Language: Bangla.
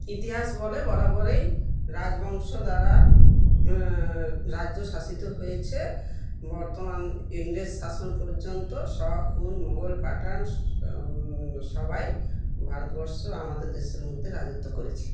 ইতিহাস বলে বরাবরেই রাজবংশ দ্বারা রাজ্য শাসিত হয়েছে বর্তমান ইংরেজ শাসন পর্যন্ত শক হুন মোঘল পাঠান সবাই ভারতবর্ষ আমাদের দেশের মধ্যে রাজত্ব করেছে